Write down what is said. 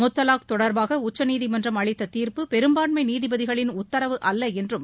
முத்தலாக் தொடர்பாக உச்சநீதிமன்றம் அளித்த தீர்ப்பு பெரும்பான்மை நீதிபதிகளின் உத்தரவு அல்ல என்றும்